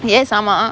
yes ஆமா:aamaa